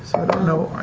i don't know,